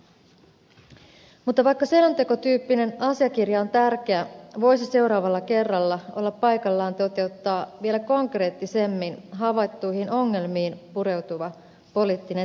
mutta vaikka selontekotyyppinen asiakirja on tärkeä voisi seuraavalla kerralla olla paikallaan toteuttaa vielä konkreettisemmin havaittuihin ongelmiin pureutuva poliittinen toimintaohjelma